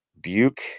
Buke